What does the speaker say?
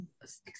six